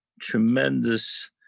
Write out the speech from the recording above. tremendous